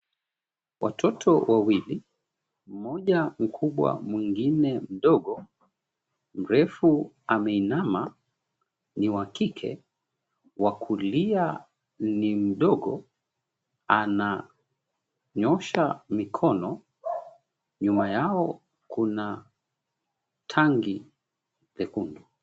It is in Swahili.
Watoto wawili mmoja mkubwa mwingine mdogo, mrefu ameinama, ni wa kike wa kulia ni mdogo ananyoosha mikono. Nyuma yao kuna tangi nyekundu.